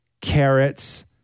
Carrots